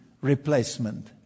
replacement